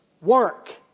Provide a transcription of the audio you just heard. work